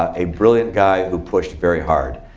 ah a brilliant guy who pushed very hard.